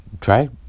try